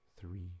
three